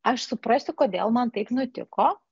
aš suprasiu kodėl man taip nutiko